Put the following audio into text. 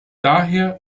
daher